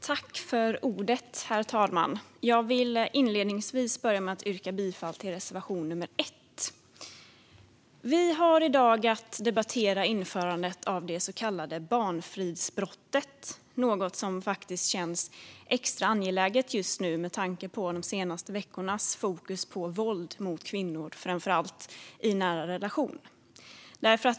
Herr talman! Jag vill börja med att yrka bifall till reservation 1. Vi har i dag att debattera införandet av det så kallade barnfridsbrottet. Detta känns extra angeläget just nu med tanke på de senaste veckornas fokus på våld mot kvinnor, framför allt i nära relationer.